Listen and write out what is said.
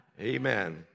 Amen